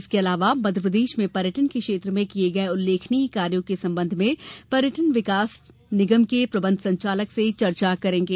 इसके अलावा मध्यप्रदेश में पर्यटन के क्षेत्र में किये गये उल्लेखनीय कार्यो के संबंध में पर्यटन विकास निगम के प्रबंध संचालक से चर्चा करेंगे